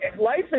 life